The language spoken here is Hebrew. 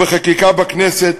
בחקיקה בכנסת,